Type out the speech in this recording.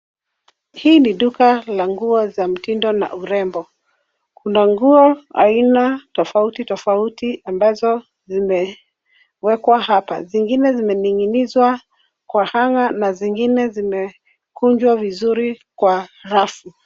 Hii ni duka la nguo za mtindo na urembo. Kuna nguo aina tofauti tofauti ambazo zimewekwa hapa. Zingine zimening'inizwa kwa hanger na zingine zimekunjwa vizuri kwa rafu.